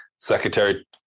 Secretary